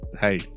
Hey